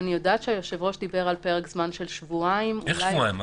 היו"ר דיבר על פרק זמן של שבועיים --- איך שבועיים?